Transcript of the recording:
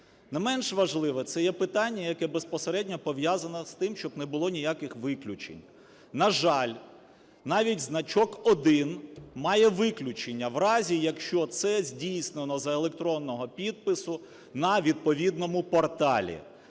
Не менш важливе це є питання, яке безпосередньо пов'язане з тим, щоб не було ніяких виключень, на жаль, навіть значок 1 має виключення, в разі, якщо це здійснено за електронного підпису на відповідному порталі.